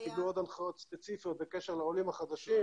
הם קיבלו עוד הנחיות ספציפיות בקשר לעולים החדשים,